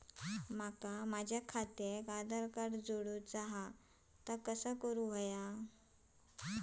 माका माझा खात्याक आधार कार्ड जोडूचा हा ता कसा करुचा हा?